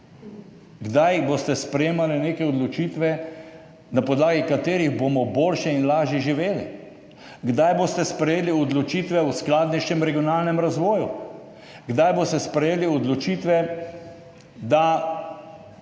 Kdaj boste sprejemali neke odločitve, na podlagi katerih bomo boljše in lažje živeli? Kdaj boste sprejeli odločitve o skladnejšem regionalnem razvoju? Kdaj boste sprejeli odločitve, da